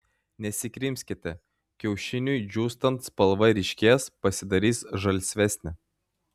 nesikrimskite kiaušiniui džiūstant spalva ryškės pasidarys žalsvesnė